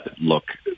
Look